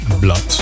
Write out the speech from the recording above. Blood